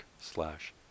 slash